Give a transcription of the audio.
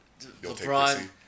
LeBron